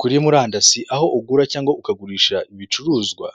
Kuri murandasi aho ugura cyangwa ukagurisha ibicuruzwa